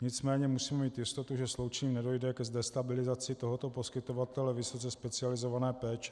Nicméně musíme mít jistotu, že sloučením nedojde k destabilizaci tohoto poskytovatele vysoce specializované péče.